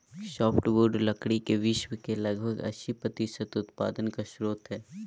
softwood लकड़ी के विश्व के लगभग अस्सी प्रतिसत उत्पादन का स्रोत हइ